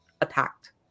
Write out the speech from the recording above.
attacked